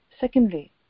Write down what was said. Secondly